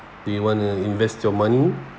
do you want to invest your money